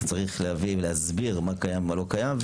צריך להסביר מה קיים ומה לא קיים.